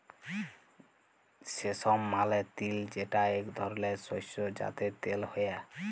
সেসম মালে তিল যেটা এক ধরলের শস্য যাতে তেল হ্যয়ে